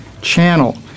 channel